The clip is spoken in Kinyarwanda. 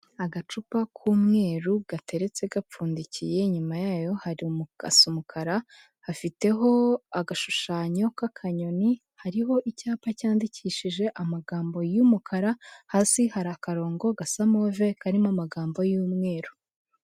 Agacupa k'umweru gateretse gapfundikiye, inyuma yayo hari umu gasa umukara, hafiteho agashushanyo k'akanyoni, hariho icyapa cyandikishije amagambo y'umukara, hasi hari akarongo gasa move karimo amagambo y'umweru.